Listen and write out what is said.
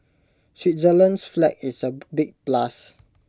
Switzerland's flag is A big plus